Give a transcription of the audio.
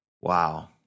Wow